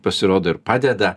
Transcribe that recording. pasirodo ir padeda